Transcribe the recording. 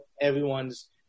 everyone's